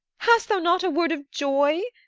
hast thou not a word of joy?